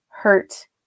hurt